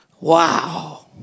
Wow